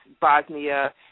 Bosnia